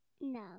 No